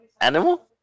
animal